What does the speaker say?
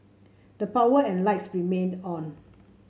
the power and lights remained on